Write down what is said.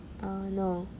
uh no